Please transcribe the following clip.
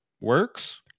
works